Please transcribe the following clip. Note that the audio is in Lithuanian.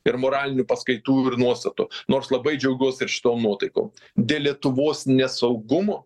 ir moralinių paskaitų ir nuostatų nors labai džiaugiuos ir šitom nuotaikom dėl lietuvos nesaugumo